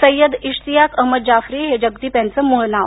सय्यद इश्तियाक अहमद जाफरी हे जगदीप यांचं मूळ नाव